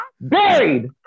buried